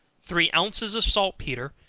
three ounces of saltpetre,